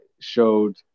showed